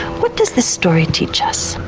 what does this story teach us?